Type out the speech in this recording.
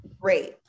Great